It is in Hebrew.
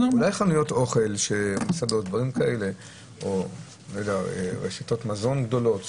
אלה לא חנויות אוכל או מסעדות או רשתות מזון גדולות.